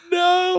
no